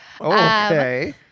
Okay